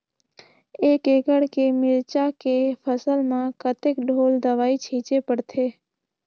एक एकड़ के मिरचा के फसल म कतेक ढोल दवई छीचे पड़थे?